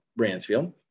Bransfield